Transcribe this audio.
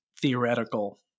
theoretical